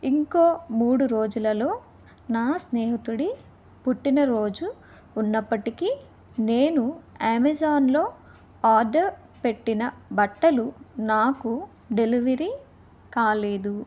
ఇంకో మూడు రోజులలో నా స్నేహితుడి పుట్టినరోజు ఉన్నప్పటికీ నేను అమెజాన్లో ఆర్డర్ పెట్టిన బట్టలు నాకు డెలివరీ కాలేదు